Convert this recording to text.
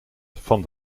van